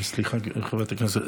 סליחה, חברת הכנסת.